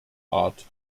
art